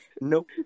Nope